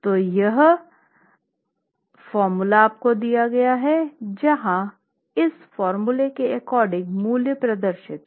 तो यह है जहाँ मूल्य प्रदर्शित हैं